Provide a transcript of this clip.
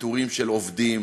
לפיטורים של עובדים,